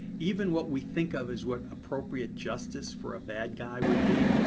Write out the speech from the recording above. even what we think of as what appropriate justice for a bad guy would be,